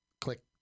Click